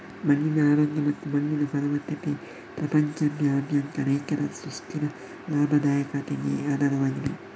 ಮಣ್ಣಿನ ಆರೋಗ್ಯ ಮತ್ತು ಮಣ್ಣಿನ ಫಲವತ್ತತೆ ಪ್ರಪಂಚದಾದ್ಯಂತ ರೈತರ ಸುಸ್ಥಿರ ಲಾಭದಾಯಕತೆಗೆ ಆಧಾರವಾಗಿದೆ